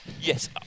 yes